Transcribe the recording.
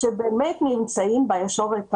שבאמת נמצאים בישורת האחרונה.